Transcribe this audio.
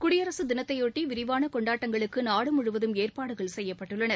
குடியரசுத் தினத்தையொட்டி விரிவான கொண்டாட்டங்களுக்கு நாடு முழுவதும் ஏற்பாடுகள் செய்யப்பட்டுள்ளன